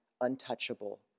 untouchable